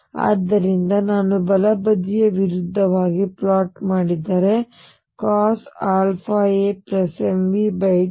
ಆದ್ದರಿಂದ ನಾನು ಬಲ ಬದಿಯ ವಿರುದ್ಧವಾಗಿ ಪ್ಲಾಟ್ ಮಾಡಿದರೆ ಇದುCosαamV22α Sinαa